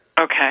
Okay